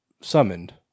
summoned